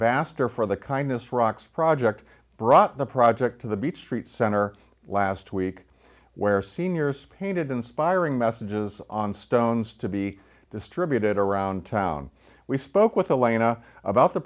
ambassador for the kindness rocks project brought the project to the beach street center last week where seniors painted inspiring messages on stones to be distributed around town we spoke with alina about the